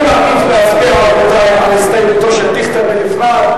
אני מעדיף להצביע על הסתייגותו של דיכטר בנפרד.